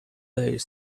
their